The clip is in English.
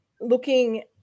looking